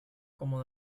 como